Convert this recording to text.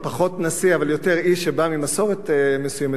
פחות נשיא אבל יותר איש שבא ממסורת מסוימת,